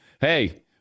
hey